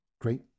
Great